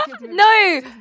No